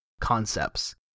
concepts